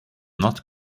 not